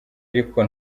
ariko